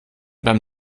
beim